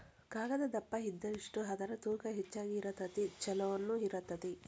ಕಾಗದಾ ದಪ್ಪ ಇದ್ದಷ್ಟ ಅದರ ತೂಕಾ ಹೆಚಗಿ ಇರತತಿ ಚುಲೊನು ಇರತತಿ